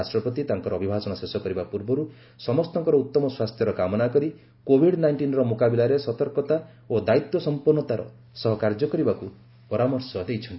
ରାଷ୍ଟ୍ରପତି ତାଙ୍କର ଅଭିଭାଷଣ ଶେଷ କରିବା ପୂର୍ବରୁ ସମସ୍ତଙ୍କର ଉତ୍ତମ ସ୍ୱାସ୍ଥ୍ୟର କାମନା କରି କୋଭିଡ୍ ନାଇଣ୍ଟିନ୍ର ମୁକାବିଲାରେ ସତର୍କତା ଓ ଦାୟିତ୍ୱ ସଂପନ୍ତାର ସହ କାର୍ଯ୍ୟ କରିବାକୁ ପରାମର୍ଶ ଦେଇଛନ୍ତି